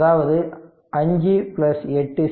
அதாவது 5 8 13 Ω